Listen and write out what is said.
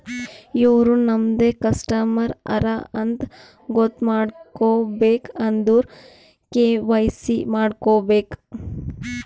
ಇವ್ರು ನಮ್ದೆ ಕಸ್ಟಮರ್ ಹರಾ ಅಂತ್ ಗೊತ್ತ ಮಾಡ್ಕೋಬೇಕ್ ಅಂದುರ್ ಕೆ.ವೈ.ಸಿ ಮಾಡ್ಕೋಬೇಕ್